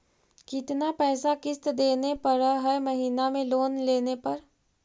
कितना पैसा किस्त देने पड़ है महीना में लोन लेने पर?